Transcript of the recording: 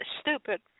stupid